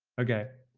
ok.